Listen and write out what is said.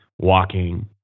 walking